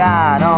God